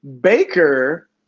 Baker